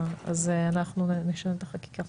אז אנחנו נשנה את החקיקה.